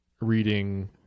reading